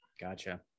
Gotcha